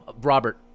Robert